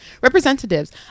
representatives